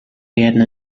werden